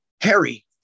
Harry